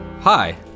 Hi